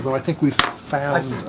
but i think we've found